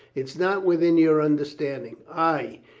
it's not within your understanding. ay,